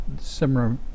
similar